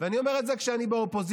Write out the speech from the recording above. אני אומר את זה כשאני באופוזיציה,